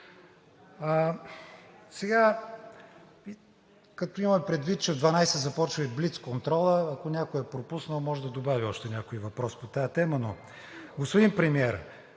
Сега, като имаме предвид, че в 12,00 ч. започва и блицконтролът, ако някой е пропуснал, може да добави още някой въпрос по тази тема, но господин Премиер,